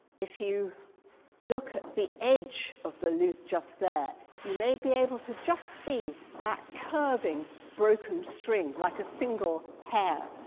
if you look at the edge of the lute just there, you may be able to just see that curving broken string, like a single hair,